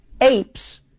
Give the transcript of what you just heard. apes